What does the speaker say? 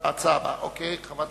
חברת